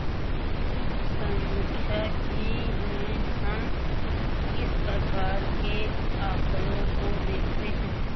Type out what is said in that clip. सांख्यिकी में हम किस प्रकार के आकड़ों को देखते हैं?